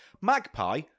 Magpie